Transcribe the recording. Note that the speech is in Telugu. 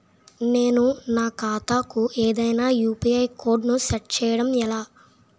నేను నా ఖాతా కు ఏదైనా యు.పి.ఐ కోడ్ ను సెట్ చేయడం ఎలా?